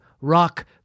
Rock